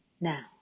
Now